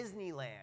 Disneyland